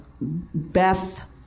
Beth